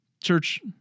Church